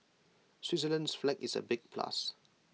Switzerland's flag is A big plus